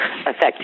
affect